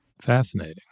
Fascinating